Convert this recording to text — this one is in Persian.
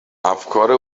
افکار